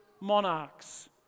monarchs